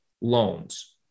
loans